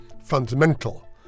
fundamental